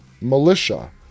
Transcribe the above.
militia